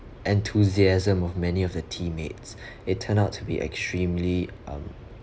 enthusiasm of many of the teammates it turn out to be extremely um